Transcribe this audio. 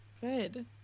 good